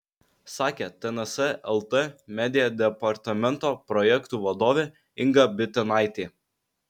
sakė tns lt media departamento projektų vadovė inga bitinaitė